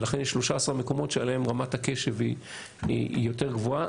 יש 13 מקומות שעליהם רמת הקשב היא יותר גבוהה.